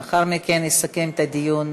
לאחר מכן, יסכם את הדיון